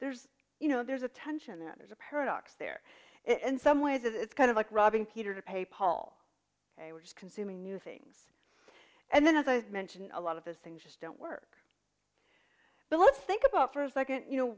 there's you know there's a tension there's a paradox there in some ways it's kind of like robbing peter to pay paul which is consuming new things and then as i mentioned a lot of those things just don't work but let's think about for a second you know